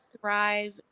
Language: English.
thrive